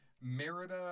Merida